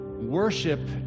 Worship